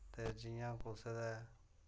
ते जियां कुसै दे